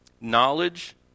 knowledge